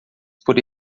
por